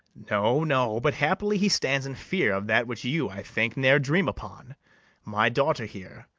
no, no but happily he stands in fear of that which you, i think, ne'er dream upon my daughter here,